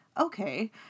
okay